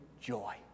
joy